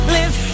Live